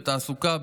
בתעסוקה,